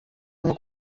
nko